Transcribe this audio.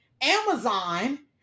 amazon